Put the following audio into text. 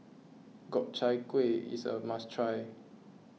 Gobchang Gui is a must try